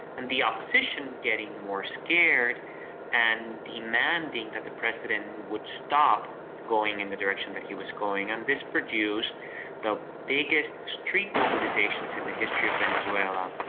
and the opposition getting more scared and demanding that the president would stop going in the direction that he was going. and this produced the biggest street mobilisations in the history of venezuela.